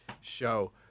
show